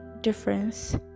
difference